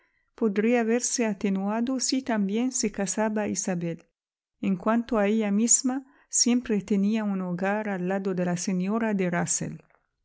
podría verse atenuado si también se casaba isabel en cuanto a ella misma siempre tenía un hogar al lado de la señora